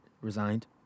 resigned